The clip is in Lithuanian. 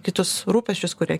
kitus rūpesčius kurie